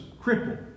crippled